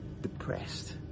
depressed